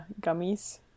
gummies